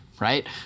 Right